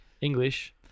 English